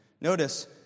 Notice